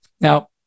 now